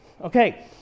Okay